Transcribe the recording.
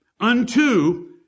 Unto